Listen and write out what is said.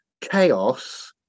chaos